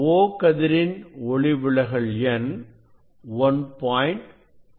O கதிரின் ஒளிவிலகல் எண் 1